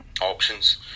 options